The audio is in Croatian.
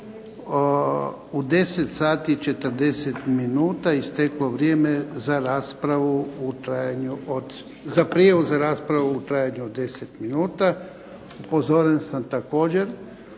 u 10,40 minuta isteklo vrijeme za prijavu za raspravu u trajanju od 10 minuta. Upozoren sam također